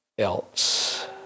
Else